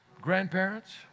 Grandparents